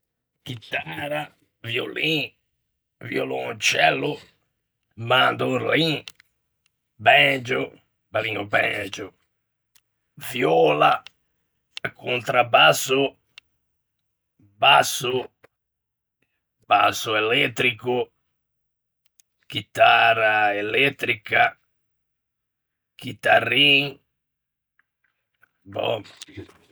Chitara, violin, violoncello, mandorlin, banjo, bellin o banjo, viöla, contrabbasso, basso, basso elettrico, chitara elettrica, chitarrin, bòm.